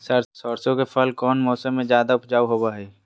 सरसों के फसल कौन मौसम में ज्यादा उपजाऊ होबो हय?